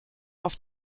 auf